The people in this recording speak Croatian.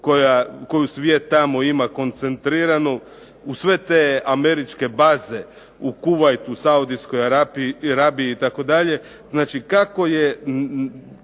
koju svijet tamo ima koncentriranu, uz sve te američke baze u Kuvajtu, Saudijskoj Arabiji itd.